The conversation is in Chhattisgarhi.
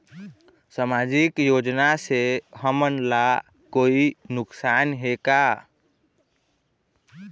सामाजिक योजना से हमन ला कोई नुकसान हे का?